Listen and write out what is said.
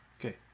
Okay